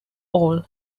all